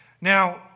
Now